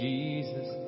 Jesus